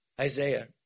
Isaiah